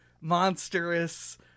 monstrous